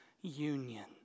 union